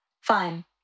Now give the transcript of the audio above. Fine